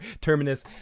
Terminus